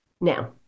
Now